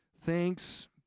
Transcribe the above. Thanks